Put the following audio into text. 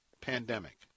pandemic